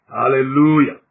Hallelujah